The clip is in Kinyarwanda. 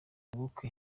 ubukwe